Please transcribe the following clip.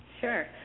Sure